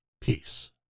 peace